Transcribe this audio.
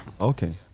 Okay